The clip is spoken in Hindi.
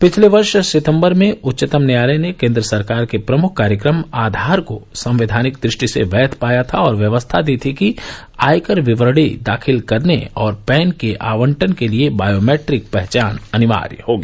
पिछले वर्ष सितम्बर में उच्चतम न्यायालय ने केन्द्र सरकार के प्रमुख कार्यक्रम आधार को संवैधानिक दृष्टि से वैद बताया था और व्यवस्था दी थी कि आयकर विवरणी दाखिल करने और पैन के आवंटन के लिए बायोमैट्रिक पहचान अनिवार्य होगी